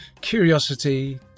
curiosity